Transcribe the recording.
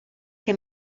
che